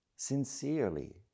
Sincerely